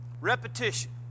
repetition